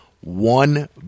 one